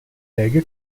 leghe